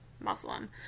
Muslim